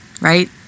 right